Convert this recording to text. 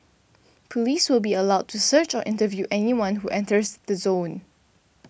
police will be allowed to search or interview anyone who enters the zone